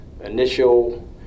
initial